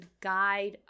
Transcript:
guide